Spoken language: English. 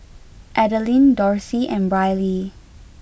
Adeline Dorsey and Brylee